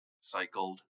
cycled